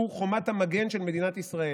הוא חומת המגן של מדינת ישראל.